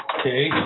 Okay